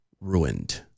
ruined